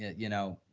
you know,